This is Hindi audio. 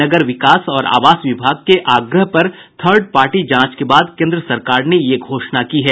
नगर विकास और आवास विभाग के आग्रह पर थर्ड पार्टी जांच के बाद केन्द्र सरकार ने यह घोषणा की है